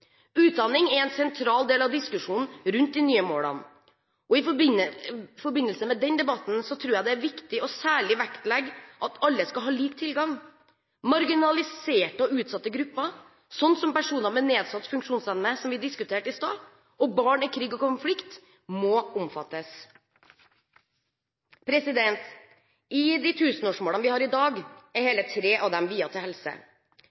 Utdanning er en sentral del av diskusjonen rundt de nye målene, og i forbindelse med den debatten tror jeg det er viktig særlig å vektlegge at alle skal ha lik tilgang. Marginaliserte og utsatte grupper, som personer med nedsatt funksjonsevne – som vi diskuterte i stad – og barn i krig og konflikt, må omfattes. Av de tusenårsmålene vi har i dag, er hele tre av dem viet til helse.